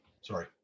Sorry